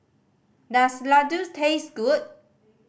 does Ladoos taste good